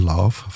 Love